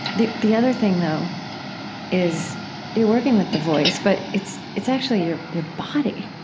the the other thing though is you're working with the voice but it's it's actually your your body,